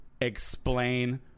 explain